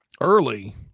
early